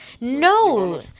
No